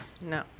No